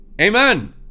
Amen